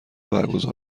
برگزار